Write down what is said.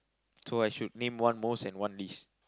so I should name one most and one least